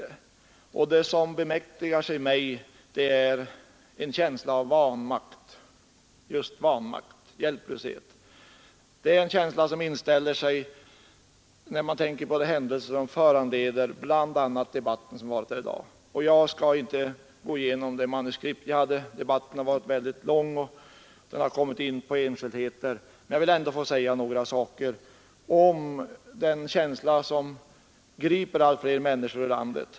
En känsla av vanmakt bemäktigar sig mig, just vanmakt och hjälplöshet. Den inställer sig när man tänker på de händelser som föranleder bl.a. debatten som varit här i dag. Jag skall inte gå igenom det manuskript jag hade. Debatten har varit mycket lång och gått in på enskildheter. Jag vill säga några saker om den känsla som griper allt fler människor i landet.